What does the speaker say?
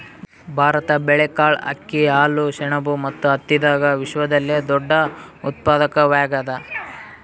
ಭಾರತ ಬೇಳೆಕಾಳ್, ಅಕ್ಕಿ, ಹಾಲು, ಸೆಣಬು ಮತ್ತು ಹತ್ತಿದಾಗ ವಿಶ್ವದಲ್ಲೆ ದೊಡ್ಡ ಉತ್ಪಾದಕವಾಗ್ಯಾದ